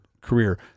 career